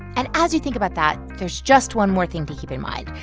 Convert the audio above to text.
and as you think about that, there's just one more thing to keep in mind.